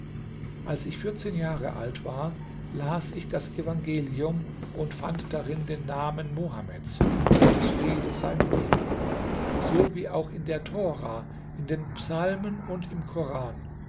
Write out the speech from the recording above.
als ich vierzehn jahre alt war las ich das evangelium und fand darin den namen mohammeds gottes friede sei mit ihm so wie auch in der tora in den psalmen und im koran